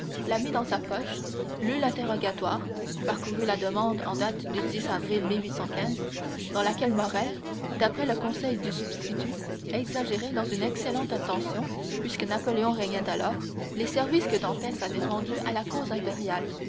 la mit dans sa poche lut l'interrogatoire et vit que le nom de noirtier n'y était pas prononcé parcourut la demande en date du avril dans laquelle morrel d'après le conseil du substitut exagérait dans une excellente intention puisque napoléon régnait alors les services que dantès avait rendus à la cause impériale